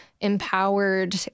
empowered